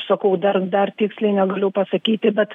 sakau dar dar tiksliai negaliu pasakyti bet